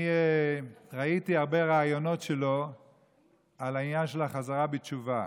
אני ראיתי הרבה ראיונות שלו על העניין של החזרה בתשובה,